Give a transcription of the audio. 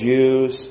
Jews